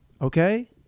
okay